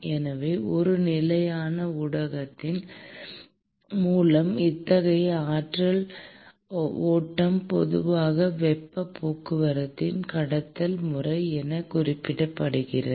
எனவே ஒரு நிலையான ஊடகத்தின் மூலம் இத்தகைய ஆற்றல் ஓட்டம் பொதுவாக வெப்பப் போக்குவரத்தின் கடத்தல் முறை என குறிப்பிடப்படுகிறது